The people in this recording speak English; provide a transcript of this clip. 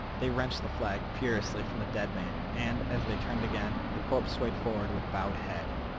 they wrenched the flag furiously from the dead man, and, as they turned again, the corpse swayed forward with bowed head.